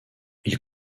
ils